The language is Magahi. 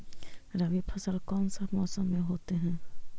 रवि फसल कौन सा मौसम में होते हैं?